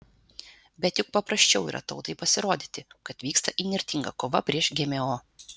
bet juk paprasčiau yra tautai pasirodyti kad vyksta įnirtinga kova prieš gmo